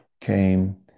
came